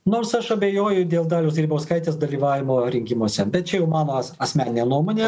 nors aš abejoju dėl dalios grybauskaitės dalyvavimo rinkimuose bet čia jau mano as asmeninė nuomonė